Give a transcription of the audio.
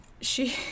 she-